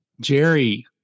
Jerry